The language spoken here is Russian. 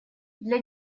для